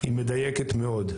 היא מדייקת מאוד.